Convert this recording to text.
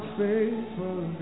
faithful